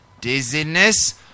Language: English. dizziness